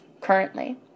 currently